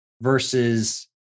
versus